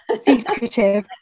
secretive